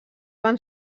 van